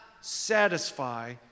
satisfy